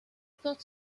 porte